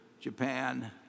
Japan